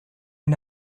and